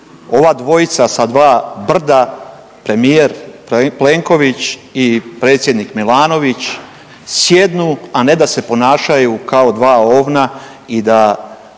ova dvojica sa dva brda, premijer Plenković i predsjednik Milanović sjednu, a ne da se ponašaju kao dva ovna i da